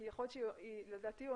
כי לדעתי,